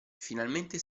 finalmente